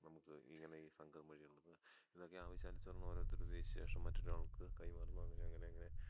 നമുക്ക് ഇങ്ങനെ ഈ സംഘം വഴിയുള്ളത് ഇതൊക്കെ ആവശ്യാനുസരണം ഓരോത്തർ ഉപയോഗിച്ചശേഷം മറ്റൊരാൾക്ക് കൈമാറുന്നു അങ്ങനെ അങ്ങനങ്ങനെ